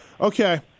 Okay